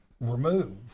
remove